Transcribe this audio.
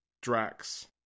Drax